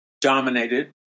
dominated